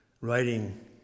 Writing